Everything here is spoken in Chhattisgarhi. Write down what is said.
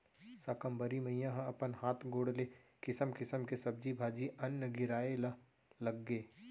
साकंबरी मईया ह अपन हात गोड़ ले किसम किसम के सब्जी भाजी, अन्न गिराए ल लगगे